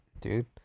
dude